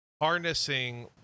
harnessing